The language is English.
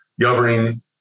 governing